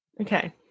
Okay